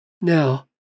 Now